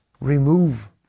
remove